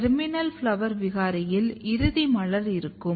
TERMINAL FLOWER விகாரியில் இறுதி மலர் இருக்கும்